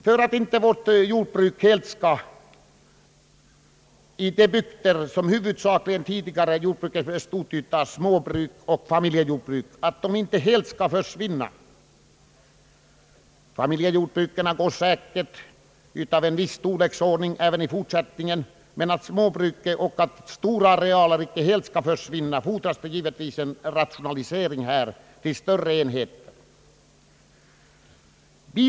För att inte våra jordbruksarealer, särskilt i bygder där jordbruket tidigare har bedrivits i form av småbruk och familjejordbruk, helt skall försvinna — familjejordbruk av en viss storlek kommer säkerligen även i fortsättningen att kunna drivas — fordras givetvis en rationalisering mot större enheter.